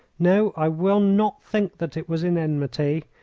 no, i will not think that it was in enmity.